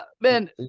man